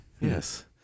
Yes